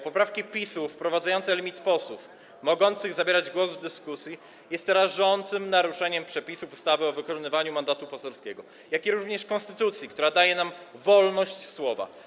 Poprawki PiS-u wprowadzające limit posłów mogących zabierać głos w dyskusji są rażącym naruszeniem przepisów ustawy o wykonywaniu mandatu poselskiego, jak również konstytucji, która daje nam wolność słowa.